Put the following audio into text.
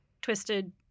twisted